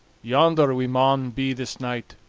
yonder we maun be this night,